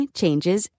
changes